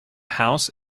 house